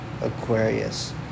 Aquarius